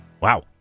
Wow